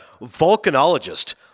volcanologist